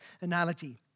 analogy